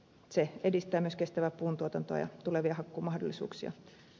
se edistää myös kestävää puuntuotantoa ja tulevia hakkuumahdollisuuksia